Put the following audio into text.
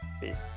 Peace